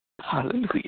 Hallelujah